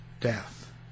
death